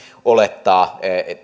olettaa